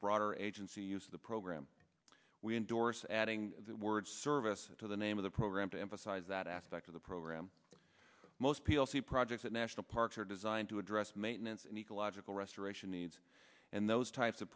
broader agency use the program we endorse adding the word service to the name of the program to emphasize that aspect of the program most p l c projects at national parks are designed to address maintenance and ecological restoration needs and those types of